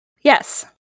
Yes